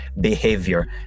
behavior